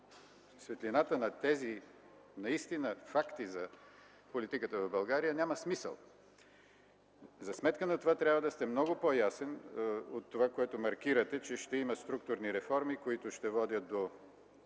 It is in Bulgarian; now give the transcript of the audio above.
светлината на тези факти за политиката в България, няма смисъл. За сметка на това трябва да сте много по-ясен от онова, което маркирате – че ще има структурни реформи, които ще водят до